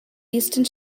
eastern